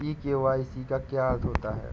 ई KYC का क्या अर्थ होता है?